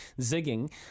zigging